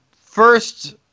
first